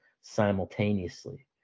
simultaneously